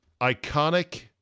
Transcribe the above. iconic